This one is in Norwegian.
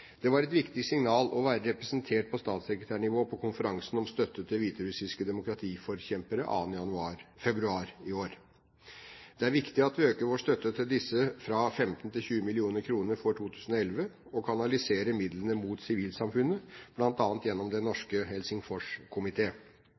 Det var et viktig signal å være representert på statssekretærnivå på konferansen om støtte til hviterussiske demokratiforkjempere 2. februar i år. Det er viktig at vi øker vår støtte til disse fra 15 til 20 mill. kr for 2011 og kanaliserer midlene mot sivilsamfunnet, bl.a. gjennom